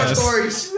stories